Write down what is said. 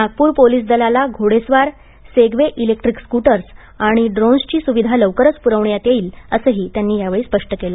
Nagpur police दलाला घोडेस्वार Segway electric scooters आणि ड्रोन्सची सुविधा लवकरच पुरवण्यात येईल असंही त्यांनी यावेळी स्पष्ट केलं